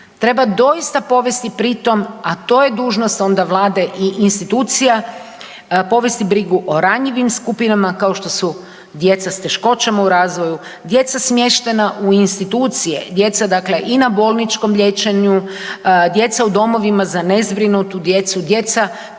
Treba doista povesti pri tom a to je dužnost onda Vlade i institucija povesti brigu o ranjivim skupinama kao što su djeca s teškoćama u razvoju, djeca smještena u institucije, djeca dakle i na bolničkom liječenju, djeca u domovima za nezbrinutu djecu, djeca